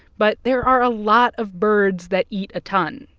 but there are a lot of birds that eat a ton,